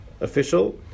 official